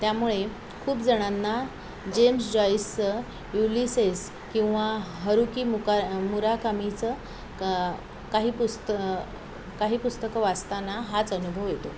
त्यामुळे खूप जणांना जेम्स जॉईससं युलिसेस किंवा हरुकी मुकार् मुराकामीचं क् काही पुस्त काही पुस्तकं वासताना हाच अनुभव येतो